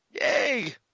Yay